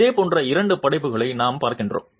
இதுபோன்ற இரண்டு படைப்புகளையும் நாம் பார்க்கிறோம்